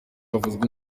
havuzwe